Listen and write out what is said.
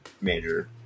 major